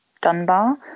Dunbar